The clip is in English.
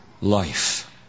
life